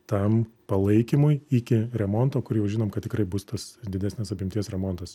tam palaikymui iki remonto kur jau žinom kad tikrai bus tas didesnės apimties remontas